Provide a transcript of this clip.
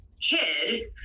kid